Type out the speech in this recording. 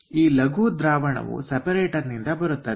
ಈ ಲಘು ದ್ರಾವಣವು ಸೆಪರೇಟರ್ ನಿಂದ ಬರುತ್ತದೆ